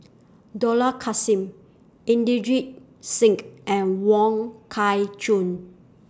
Dollah Kassim Inderjit Singh and Wong Kah Chun